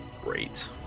great